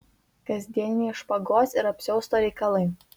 kasdieniniai špagos ir apsiausto reikalai